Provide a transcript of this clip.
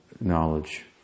knowledge